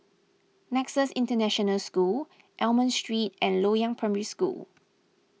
Nexus International School Almond Street and Loyang Primary School